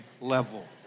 level